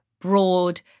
broad